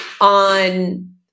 on